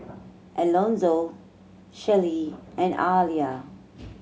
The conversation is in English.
Elonzo Shelly and Aliya